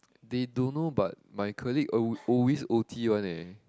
they don't know but my colleague al~ always o_t one leh